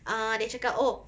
uh dia cakap oh